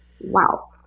Wow